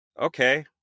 okay